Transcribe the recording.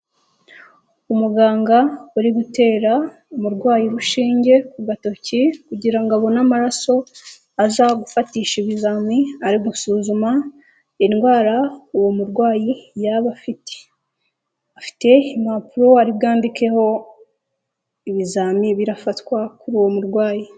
Umuganga uri gutera umurwayi urushinge ku gatoki kugira ngo abone amaraso azagufatisha ibizami ari gusuzuma indwara uwo murwayi yaba afite, afite impapuro ari bwandikeho ibizami birafatwa kuri uwo murwayi.